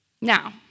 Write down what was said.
Now